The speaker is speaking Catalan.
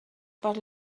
per